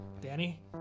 Danny